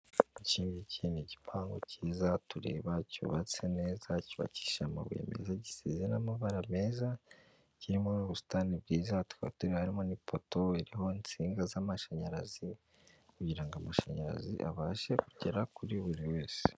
Iki ngiki ni igipangu kiza tureba cyubatse neza cyubakishije amabuye meza gisize n'amabara meza. Kirimo ubusitani bwiza tukaba turi harimo ni poto iriho insinga z'amashanyarazi kugira ngo amashanyarazi abashe kugera kuri buri wese.